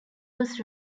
was